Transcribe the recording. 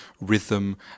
rhythm